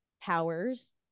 powers